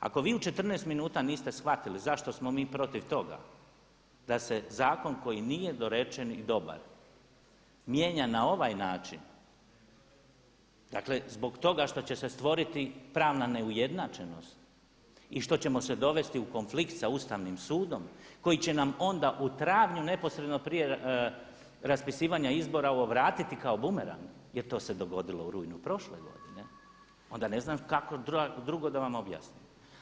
Ako vi u 14 minuta niste shvatili zašto smo mi protiv toga da se zakon koji nije dorečen i dobar mijenja na ovaj način, dakle zbog toga što će se stvoriti pravna neujednačenost i što ćemo se dovesti u konflikt sa Ustavnim sudom koji će nam onda u travnju neposredno prije raspisivanja izbora ovo vratiti kao bumerang jer to se dogodilo u rujnu prošle godine onda ne znam kako drugo da vam objasnim.